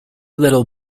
little